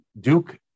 Duke